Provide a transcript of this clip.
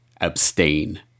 abstain